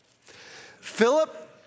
Philip